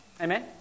Amen